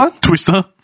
Twister